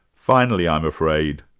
finally i'm afraid,